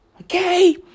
okay